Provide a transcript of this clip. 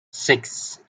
six